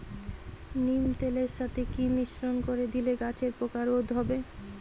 নিম তেলের সাথে কি মিশ্রণ করে দিলে গাছের পোকা রোধ হবে?